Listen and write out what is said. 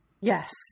Yes